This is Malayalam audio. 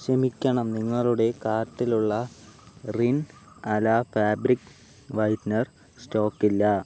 ക്ഷമിക്കണം നിങ്ങളുടെ കാർട്ടിലുള്ള റിൻ അല ഫാബ്രിക് വൈറ്റ്നർ സ്റ്റോക്കില്ല